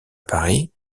paris